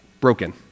Broken